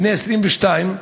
בני 22,